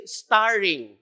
starring